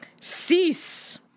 Cease